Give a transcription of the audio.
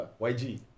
YG